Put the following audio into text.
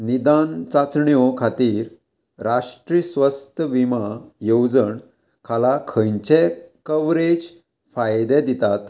निदान चांचण्यो खातीर राष्ट्रीय स्वस्थ विमा येवजण खाला खंयचे कवरेज फायदे दितात